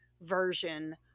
version